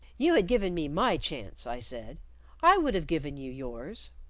you had given me my chance, i said i hould have given you yours.